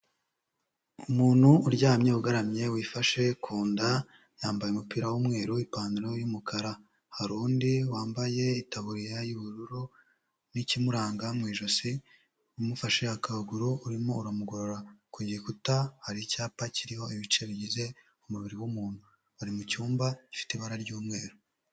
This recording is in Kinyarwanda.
Umuntu uryamye ugaramye wifashe ku nda yambaye umupira w'umweru, ipantaro y'umukara, hari undi wambaye itaburiya y'ubururu n'ikimuranga mu ijosi umufashe akaguru urimo uramugorora, ku gikuta hari icyapa kiriho ibice bigize umubiri w'umuntu, bari mu cyumba gifite ibara ry'umweru.